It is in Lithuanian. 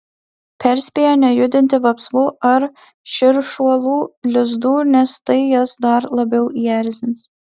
perspėja nejudinti vapsvų ar širšuolų lizdų nes tai jas dar labiau įerzins